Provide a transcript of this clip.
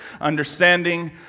understanding